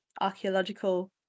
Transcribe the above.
archaeological